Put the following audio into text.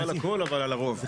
לא על הכל, אבל על הרוב.